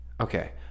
Okay